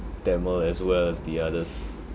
tamil as well as the others